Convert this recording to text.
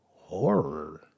horror